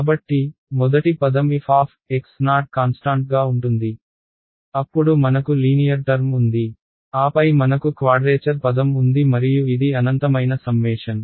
కాబట్టి మొదటి పదం f కాన్స్టాంట్ గా ఉంటుంది అప్పుడు మనకు లీనియర్ టర్మ్ ఉంది ఆపై మనకు క్వాడ్రేచర్ పదం ఉంది మరియు ఇది అనంతమైన సమ్మేషన్